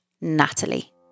Natalie